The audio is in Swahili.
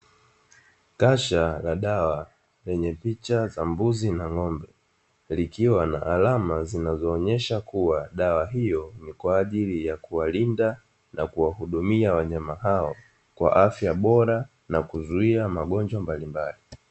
Kasha la dawa lenye picha za mbuzi na ng'ombe likiwa na alama zinazoonesha kuwa dawa hiyo ni kwa ajili ya kuwalinda na kuwahudumia wanyama hao kwa afya bora nakuzuia magonjwa mbalimbali.